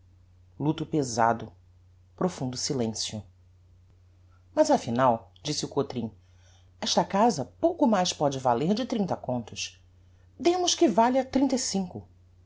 luto pezado profundo silencio mas afinal disse o cotrim esta casa pouco mais póde valer de trinta contos demos que valha trinta e cinco